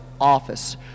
office